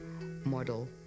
model